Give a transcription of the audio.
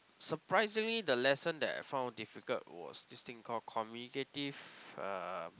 surprisingly the lesson that I found difficult was this thing called communicative uh